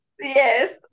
yes